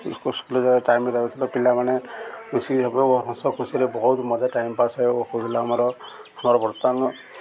school time ପିଲାମାନେ ଓ ହସ ଖୁସିରେ ବହୁତ ମଜା ଟାଇମ୍ ପାସ୍ ହେଉଥିଲା ଆମର ଆମର ବର୍ତ୍ତମାନ